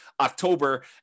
October